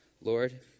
Lord